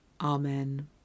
Amen